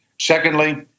Secondly